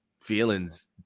feelings